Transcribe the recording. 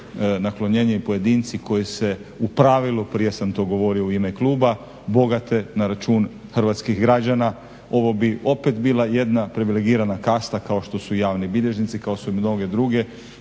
naklonjeniji pojedinci koji se u pravilu prije sam to govorio u ime kluba bogate na račun hrvatskih građana. Ovo bi opet bila jedna privilegirana kasta kao što su javni bilježnici kao i sve mnoge druge